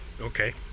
Okay